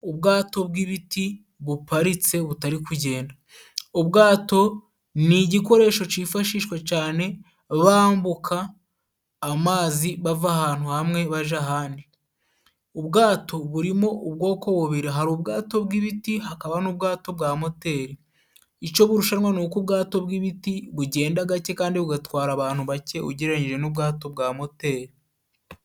Ubwato bwi'biti buparitse butari kugenda. Ubwato ni igikoresho cifashishwa cane bambuka amazi bava ahantu hamwe baja ahandi. Ubwato burimo ubwoko bubiri: hari ubwato bw'ibiti hakaba n'ubwato bwa moteri. Ico burushanwa, ni uko ubwato bw'ibiti bugenda gake kandi bugatwara abantu bake ugereranyije n'ubwato bwa moteri.